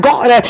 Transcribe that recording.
God